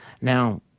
now